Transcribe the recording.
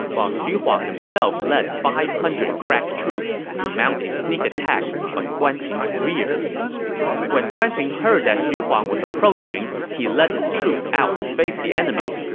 while xu huang himself led five hundred crack troops to mount a sneak attack on guan ping's rear when guan ping heard that xu huang was approaching, he led his troops out to face the enemy.